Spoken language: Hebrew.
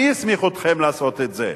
מי הסמיך אתכם לעשות את זה?